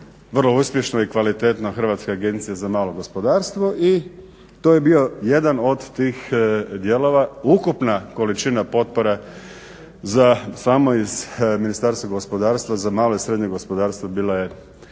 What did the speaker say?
vrlo uspješno i kvalitetno HAMAG i to je bio jedan od tih dijelova. Ukupna količina potpora za samo iz Ministarstva gospodarstva za malo i srednje gospodarstvo bila je oko